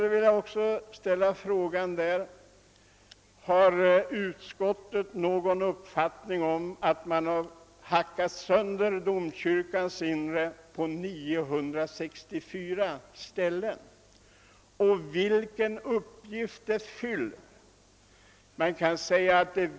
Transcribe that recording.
Jag vill fråga utskottets företrädare om de har någon uppfattning om anledningen till att domkyrkans väggar hackats sönder på 964 ställen. Vilken uppgift fyller denna åtgärd?